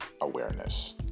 awareness